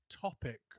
topic